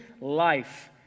life